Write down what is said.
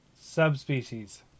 Subspecies